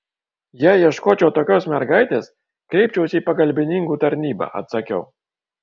jei ieškočiau tokios mergaitės kreipčiausi į pagalbininkų tarnybą atsakiau